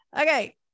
Okay